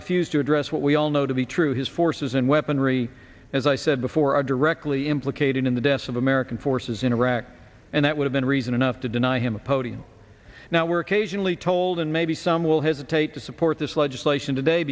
refused to address what we all know to be true his forces and weaponry as i said before are directly implicated in the deaths of american forces in iraq and that would have been reason enough to deny him a podium now we're caijing lee told and maybe some will hesitate to support this legislation today